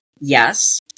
Yes